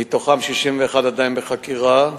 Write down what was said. מהם 61 עדיין בחקירה,